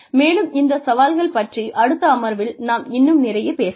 மேலும் இந்த சவால்கள் பற்றி அடுத்த அமர்வில் நாம் இன்னும் நிறையப் பேசலாம்